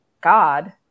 God